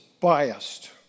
biased